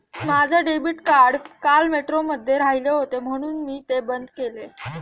माझे debit card काल मेट्रोमध्ये राहिले होते म्हणून मी ते बंद केले